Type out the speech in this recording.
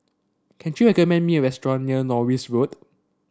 can you recommend me a restaurant near Norris Road